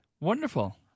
Wonderful